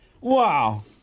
Wow